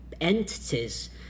entities